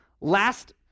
Last